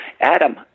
Adam